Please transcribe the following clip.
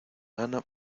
gana